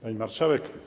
Pani Marszałek!